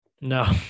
No